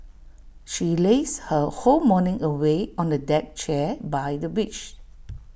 she lazed her whole morning away on A deck chair by the beach